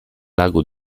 lago